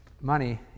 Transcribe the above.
money